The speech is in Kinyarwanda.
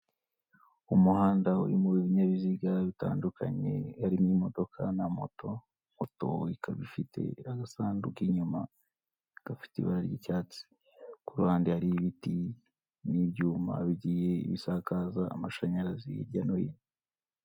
Umuhanda uri mo binyabiziga bitandukanye harimo na moto, moto ikaba ifite agasanduku k' inyuma gafite ibara ry'icyatsi kuruhande hari ibiti n'ibyuma bigiye bisakaza amashanyarazi hirya no hino.